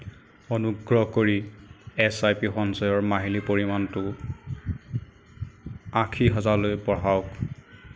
অনুগ্ৰহ কৰি S I P সঞ্চয়ৰ মাহিলী পৰিমাণটো আশী হাজাৰলৈ বঢ়াওক